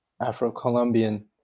Afro-Colombian